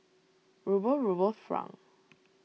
Ruble Ruble Franc